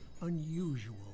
unusual